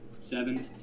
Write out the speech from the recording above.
seven